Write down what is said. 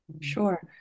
Sure